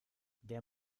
der